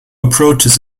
approaches